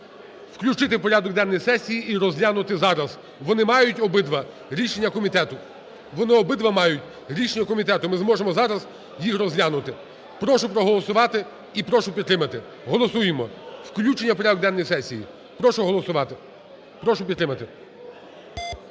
включити в порядок денний сесії і розглянути зараз. Вони мають обидва рішення комітету. Вони обидва мають рішення комітету, ми зможемо зараз їх розглянути. Прошу проголосувати і прошу підтримати. Голосуємо включення у порядок денний сесії. Прошу голосувати, прошу підтримати.